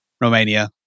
Romania